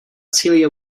celia